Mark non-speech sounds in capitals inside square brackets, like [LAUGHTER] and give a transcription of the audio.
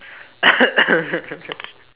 [COUGHS] [LAUGHS]